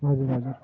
हजुर हजुर